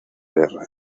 guerra